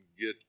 get